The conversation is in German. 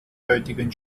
heutigen